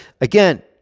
Again